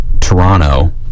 Toronto